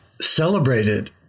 celebrated